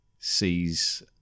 sees